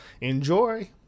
Enjoy